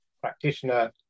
practitioner